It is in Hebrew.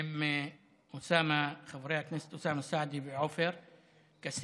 עם חברי הכנסת אוסאמה סעדי ועופר כסיף,